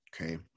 okay